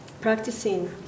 practicing